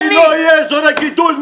כי לא יהיו אזורי גידול.